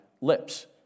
lips